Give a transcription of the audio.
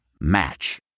Match